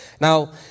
Now